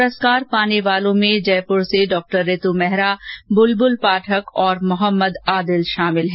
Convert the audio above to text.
पुरस्कार पाने वालों में जयपुर से डॉक्टर रितु मेहरा बुलबुल पाठक और मोहम्मद आदिल शामिल हैं